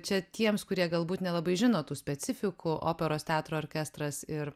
čia tiems kurie galbūt nelabai žino tų specifikų operos teatro orkestras ir